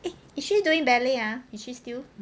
eh is she doing ballet ah is she still